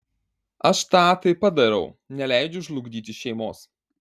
aš tą taip pat darau neleidžiu žlugdyti šeimos